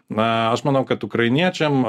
na aš manau kad ukrainiečiam